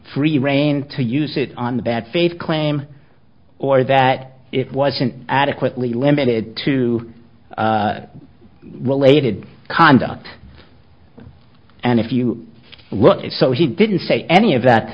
free rein to use it on the bad faith claim or that it wasn't adequately limited to related conduct and if you wrote it so he didn't say any of that to